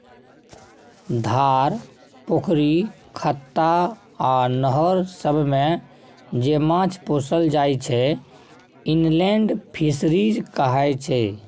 धार, पोखरि, खत्ता आ नहर सबमे जे माछ पोसल जाइ छै इनलेंड फीसरीज कहाय छै